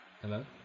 Hello